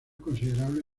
considerables